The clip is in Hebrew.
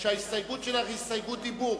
שההסתייגות שלך היא הסתייגות דיבור,